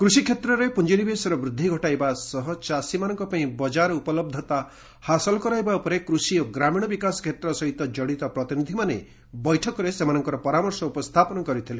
କୃଷି କ୍ଷେତ୍ରରେ ପୁଞ୍ଜିନିବଶେର ବୃଦ୍ଧି ଘଟାଇ ଚାଷୀମାନଙ୍କ ପାଇଁ ବକାର ଉପଲହ୍ଧତା ହାସଲ କରାଇବା ଉପରେ କୃଷି ଓ ଗ୍ରାମୀଣ ବିକାଶ କ୍ଷେତ୍ର ସହିତ କଡିତ ପ୍ରତିନିଧିମାନେ ବୈଠକରେ ସେମାନଙ୍କର ପରାମର୍ଶ ଉପସ୍ଥାପନ କରିଥିଲେ